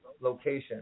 location